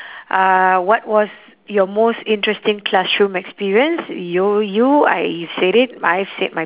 uh what was your most interesting classroom experience you you I said it I've said my